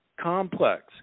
complex